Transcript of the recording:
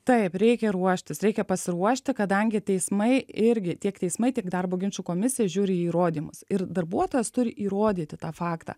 taip reikia ruoštis reikia pasiruošti kadangi teismai irgi tiek teismai tiek darbo ginčų komisija žiūri į rodymus ir darbuotojas turi įrodyti tą faktą